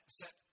set